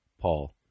PAUL